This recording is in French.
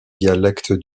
dialecte